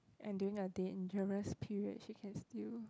and during a dangerous period she can still